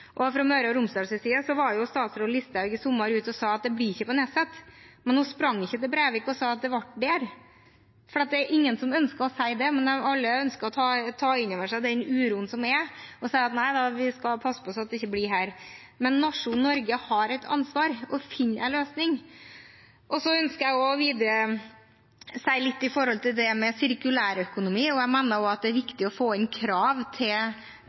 Fra Møre og Romsdals side var jo statsråd Listhaug i sommer ute og sa at det blir ikke på Nesset, men hun sprang ikke til Brevik og sa at det ble der. For det er ingen som ønsker å si det, men alle ønsker å ta inn over seg den uroen som er, og si: Nei da, vi skal passe på slik at det ikke blir her. Men nasjonen Norge har et ansvar: å finne en løsning. Så ønsker jeg videre å si litt om sirkulærøkonomi. Jeg mener at det er viktig å få inn krav til